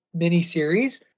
miniseries